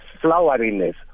floweriness